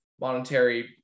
monetary